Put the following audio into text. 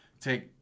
take